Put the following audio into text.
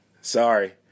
sorry